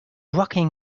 rocking